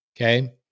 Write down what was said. okay